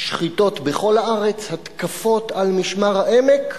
שחיטות בכל הארץ, התקפות על משמר-העמק,